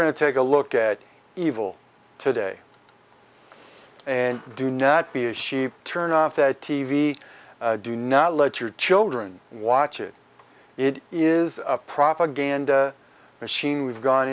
to take a look at evil today and do not be a sheep turn off that t v do not let your children watch it it is a propaganda machine we've gone